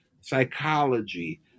psychology